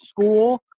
School